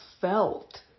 felt